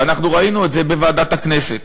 ואנחנו ראינו את זה בוועדת הכנסת,